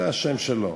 זה השם שלו.